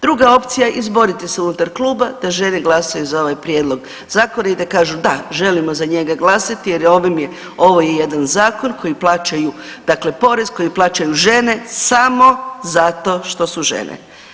Druga opcija, izborite se unutar kluba da žene glasaju za ovaj prijedlog zakona i da kažu da želimo za njega glasati jer ovim je, ovo je jedan zakon koji plaćaju dakle porez, koji plaćaju žene samo zato što su žene.